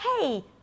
hey